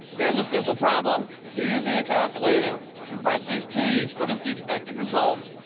here's a simple problem. you're using a calculator. you press these keys. what is the expected result?